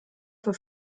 für